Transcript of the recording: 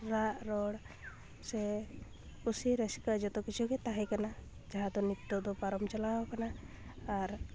ᱨᱟᱜ ᱨᱚᱲ ᱥᱮ ᱠᱩᱥᱤ ᱨᱟᱹᱥᱠᱟᱹ ᱡᱚᱛᱚ ᱠᱤᱪᱷᱩᱜᱮ ᱛᱟᱦᱮᱸ ᱠᱟᱱᱟ ᱡᱟᱦᱟᱸ ᱫᱚ ᱱᱤᱛᱚᱜ ᱫᱚ ᱯᱟᱨᱚᱢ ᱪᱟᱞᱟᱣ ᱠᱟᱱᱟ ᱟᱨ